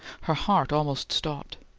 her heart almost stopped.